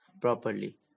properly